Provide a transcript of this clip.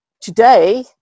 today